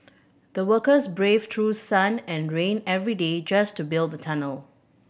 the workers braved through sun and rain every day just to build the tunnel